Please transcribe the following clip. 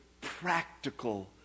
practical